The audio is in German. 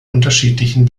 unterschiedlichen